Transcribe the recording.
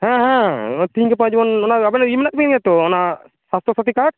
ᱦᱮᱸ ᱦᱮᱸ ᱛᱤᱦᱤᱧ ᱜᱟᱯᱟ ᱡᱮᱢᱚᱱ ᱚᱱᱟ ᱟᱵᱮᱱᱟᱜ ᱤᱭᱟᱹ ᱢᱮᱱᱟᱜ ᱛᱟᱵᱤᱱ ᱜᱮᱭᱟ ᱛᱚ ᱚᱱᱟ ᱥᱟᱥᱛᱷᱚ ᱥᱟᱛᱷᱤ ᱠᱟᱨᱰ